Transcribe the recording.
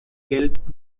gelb